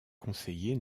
conseiller